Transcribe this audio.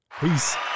Peace